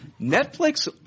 Netflix